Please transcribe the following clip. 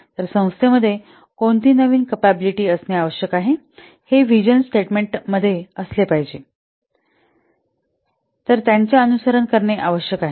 तर संस्थेमध्ये कोणती नवीन कपॅबिलिटी असणे आवश्यक आहे हे व्हिजन स्टेटमेंट मध्ये असले पाहिजे तर त्यांचे अनुसरण करणे आवश्यक आहे